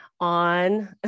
on